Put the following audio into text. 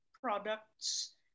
products